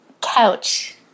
Couch